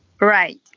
Right